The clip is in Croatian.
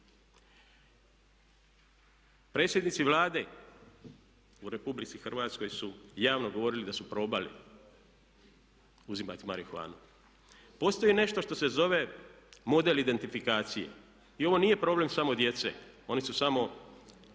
Predsjednici Vlade u Republici Hrvatskoj su javno govorili da su probali uzimati marihuanu. Postoji nešto što se zove model identifikacije. I ovo nije problem samo djece, oni su samo